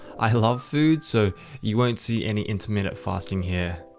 i love food, so you won't see any intermittent fasting here.